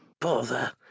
bother